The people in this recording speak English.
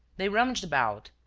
they rummaged about,